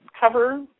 cover